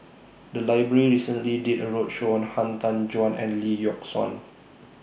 The Library recently did A roadshow on Han Tan Juan and Lee Yock Suan